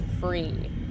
free